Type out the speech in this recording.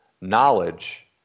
knowledge